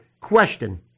question